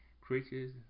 Creatures